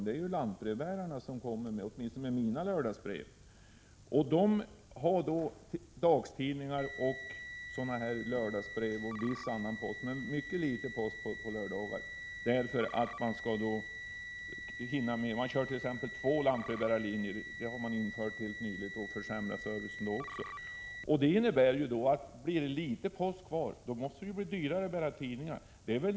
Det är lantbrevbäraren som kommer på lördagarna och bär ut dagstidningar och brev samt, dock i mycket liten utsträckning, viss annan post. Man har två lantbrevbärarlinjer. Denna ordning har man infört helt nyligen och därmed också försämrat servicen. Denna åtgärd innebär att när det är litet post, då blir det dyrare att bära ut tidningar.